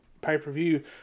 pay-per-view